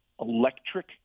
electric